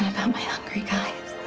um hungry guys?